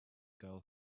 girl